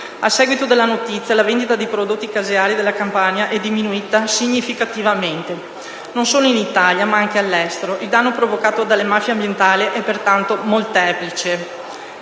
A seguito della notizia, la vendita di prodotti caseari della Campania è diminuita significativamente, non solo in Italia, ma anche all'estero. Il danno provocato dalle mafie ambientali è pertanto molteplice.